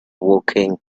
woking